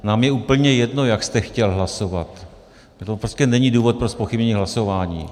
Nám je úplně jedno, jak jste chtěl hlasovat, to není důvod pro zpochybnění hlasování.